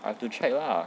I have to check lah